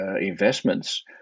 investments